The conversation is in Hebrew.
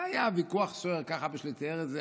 והיה ויכוח סוער, כך אבא שלי תיאר את זה,